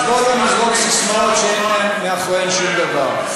אז בוא לא נזרוק ססמאות שאין מאחוריהן שום דבר.